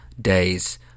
days